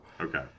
okay